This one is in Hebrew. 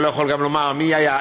והוא גם לא יכול לומר מי היה,